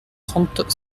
trente